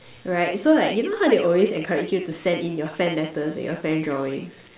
right so like you know how they always encourage you to send in your fan letters and your fan drawings